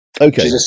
okay